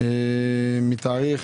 מתאריך